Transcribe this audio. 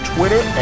Twitter